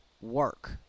work